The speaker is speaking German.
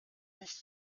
nicht